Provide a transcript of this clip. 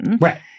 Right